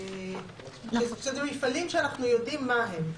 שהם מפעלים שאנחנו יודעים מה הם.